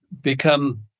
become